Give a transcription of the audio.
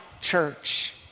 church